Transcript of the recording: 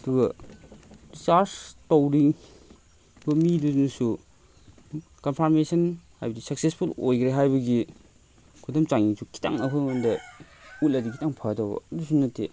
ꯑꯗꯨꯒ ꯔꯤꯆꯥꯔꯖ ꯇꯧꯔꯤꯕ ꯃꯤꯗꯨꯅꯁꯨ ꯀꯝꯐꯥꯔꯃꯦꯁꯟ ꯍꯥꯏꯕꯗꯤ ꯁꯛꯁꯦꯁꯐꯨꯜ ꯑꯣꯏꯈꯔꯦ ꯍꯥꯏꯕꯒꯤ ꯈꯨꯗꯝ ꯆꯥꯡꯗꯝꯁꯨ ꯈꯤꯇꯪ ꯑꯩꯈꯣꯏꯗ ꯎꯠꯂꯗꯤ ꯈꯤꯇꯪ ꯐꯗꯧꯕ ꯑꯗꯨꯁꯨ ꯅꯠꯇꯦ